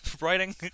writing